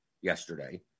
yesterday